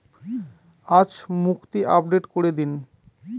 আজ মুক্তি আপডেট করে দিন